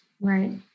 Right